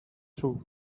through